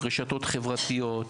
רשתות חברתיות,